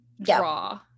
draw